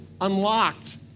unlocked